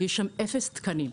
ויש שם אפס תקנים.